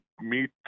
meet